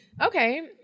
Okay